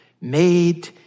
made